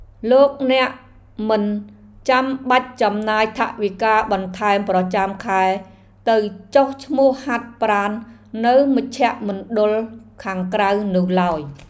លោកអ្នកមិនចាំបាច់ចំណាយថវិកាបន្ថែមប្រចាំខែទៅចុះឈ្មោះហាត់ប្រាណនៅមជ្ឈមណ្ឌលខាងក្រៅនោះឡើយ។